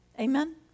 Amen